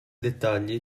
dettagli